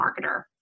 marketer